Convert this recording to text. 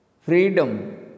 Freedom